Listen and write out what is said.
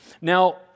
Now